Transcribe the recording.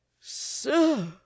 Sir